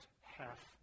half